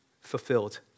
fulfilled